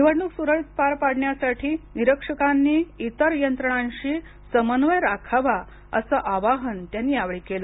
निवडणूक सुरळीत पार पडण्यासाठी निरीक्षकांनी इतर यंत्रणांशी समन्वय राखावा असं आवाहन त्यांनी यावेळी केलं